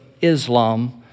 Islam